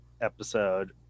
episode